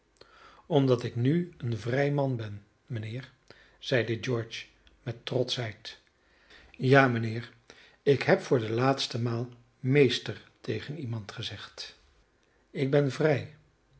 omdat ik nu een vrij man ben mijnheer zeide george met trotschheid ja mijnheer ik heb voor de laatste maal meester tegen iemand gezegd ik ben vrij